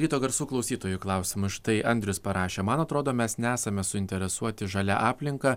ryto garsų klausytojų klausimus štai andrius parašė man atrodo mes nesame suinteresuoti žalia aplinka